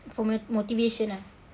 kau pun~ motivation ah